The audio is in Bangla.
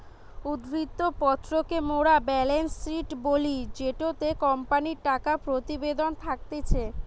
উদ্ধৃত্ত পত্র কে মোরা বেলেন্স শিট বলি জেটোতে কোম্পানির টাকা প্রতিবেদন থাকতিছে